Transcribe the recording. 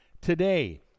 today